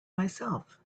myself